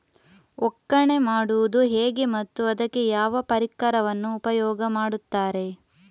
ಒಕ್ಕಣೆ ಮಾಡುವುದು ಹೇಗೆ ಮತ್ತು ಅದಕ್ಕೆ ಯಾವ ಪರಿಕರವನ್ನು ಉಪಯೋಗ ಮಾಡುತ್ತಾರೆ?